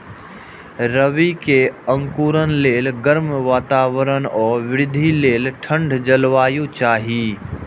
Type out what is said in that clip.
रबी के अंकुरण लेल गर्म वातावरण आ वृद्धि लेल ठंढ जलवायु चाही